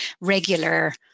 regular